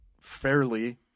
fairly